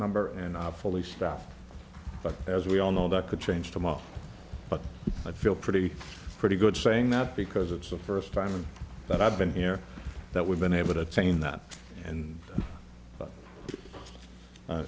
number and i fully staff but as we all know that could change tomorrow but i feel pretty pretty good saying that because it's the first time that i've been here that we've been able to attain that and